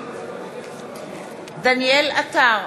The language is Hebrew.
בעד דניאל עטר,